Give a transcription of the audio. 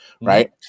right